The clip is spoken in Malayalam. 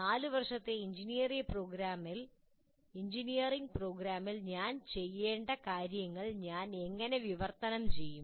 4 വർഷത്തെ എഞ്ചിനീയറിംഗ് പ്രോഗ്രാമിൽ ഞാൻ ചെയ്യേണ്ട കാര്യങ്ങൾ ഞാൻ എങ്ങനെ വിവർത്തനം ചെയ്യും